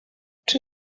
czy